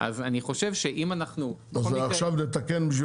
אני חושב שאם אנחנו --- עכשיו נתקן בשביל